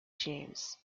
james